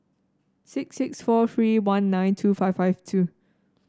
six six four three one nine two five five two